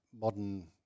modern